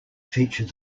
feature